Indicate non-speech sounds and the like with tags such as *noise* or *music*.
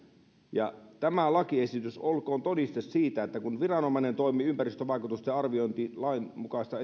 tämä lakiesitys olkoon todiste siitä että kun viranomainen toimii on ympäristövaikutusten lainmukaista *unintelligible*